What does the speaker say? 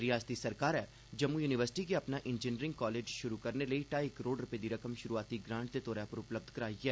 रयासती सरकारै जम्मू युनिवर्सिटी गी अपना इंजीनियरिंग कालेज शुरू करने लेई ढाई करोड़ रपे दी रकम शुरूआती ग्रांट दे तौरा पर उपलब्ध कराई ऐ